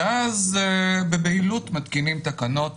ואז בבהילות מתקינים תקנות